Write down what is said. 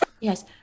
yes